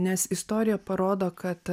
nes istorija parodo kad